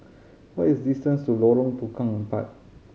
what is distance to Lorong Tukang Empat